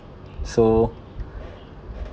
so